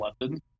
London